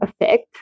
effect